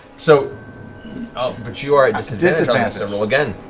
so ah but you are at disadvantage. so roll again.